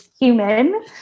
human